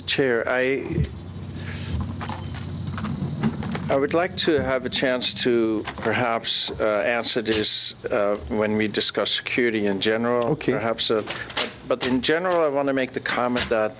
mr chair i i would like to have a chance to perhaps asad is when we discuss security in general but in general i want to make the comment that